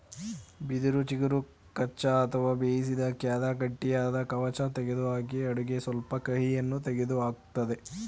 ಬಿದಿರು ಚಿಗುರು ಕಚ್ಚಾ ಅಥವಾ ಬೇಯಿಸಿದ ಖಾದ್ಯ ಗಟ್ಟಿಯಾದ ಕವಚ ತೆಗೆದುಹಾಕಿ ಅಡುಗೆ ಸ್ವಲ್ಪ ಕಹಿಯನ್ನು ತೆಗೆದುಹಾಕ್ತದೆ